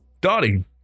Dottie